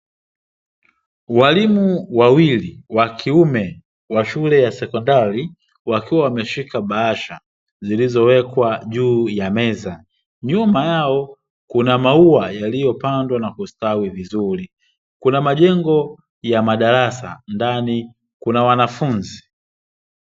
Walimu wawili wa kiume wa shule ya sekondari wakiwa wameshika bahasha zilizowekwa juu ya meza, nyuma yao kuna maua yaliyopandwa na kustawi vizuri, kuna majengo ya madarasa ndani kuna wanafunzi.